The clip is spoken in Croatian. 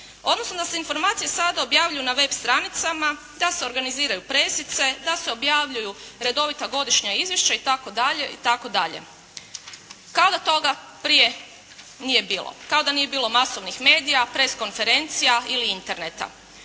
odnosno da se informacije sada objavljuju na web stranicama, da se organiziraju presice, da se objavljuju redovita godišnja izvješća itd., itd. Kao da toga prije nije bilo, kao da nije bilo masovnih medija, press konferencija ili Interneta.